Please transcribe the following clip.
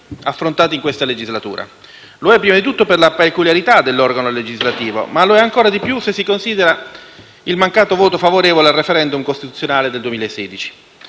affrontati in questa legislatura. Lo è, prima di tutto, per la peculiarità dell'organo legislativo, ma - ancor di più - se si considera il mancato voto favorevole al *referendum* costituzionale del 2016.